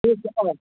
ठीक छै करब